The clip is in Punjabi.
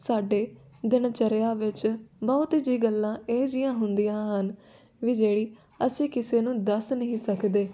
ਸਾਡੇ ਦਿਨ ਚਰਿਆਂ ਵਿੱਚ ਬਹੁਤ ਜਿਹੀ ਗੱਲਾਂ ਇਹੋ ਜਿਹੀਆਂ ਹੁੰਦੀਆਂ ਹਨ ਵੀ ਜਿਹੜੀ ਅਸੀਂ ਕਿਸੇ ਨੂੰ ਦੱਸ ਨਹੀਂ ਸਕਦੇ